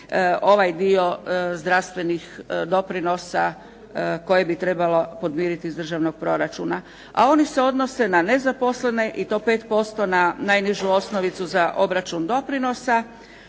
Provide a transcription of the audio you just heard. ovaj dio zdravstvenih doprinosa koje bi trebalo podmiriti iz državnog proračuna, a oni se odnose na nezaposlene i to 5% na najnižu osnovicu za obračun doprinosa